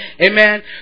Amen